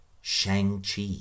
Shang-Chi